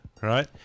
Right